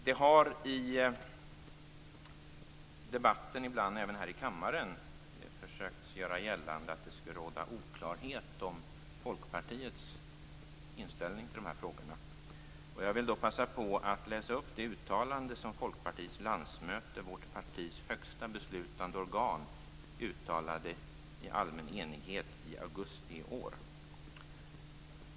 Det har i debatten ibland även här i kammaren försökts göra gällande att det skulle råda oklarhet om Folkpartiets inställning till dessa frågor. Jag vill då passa på att läsa upp det uttalande som Folkpartiets landsmöte - vårt partis högsta beslutande organ - gjorde i allmän enighet i augusti i år.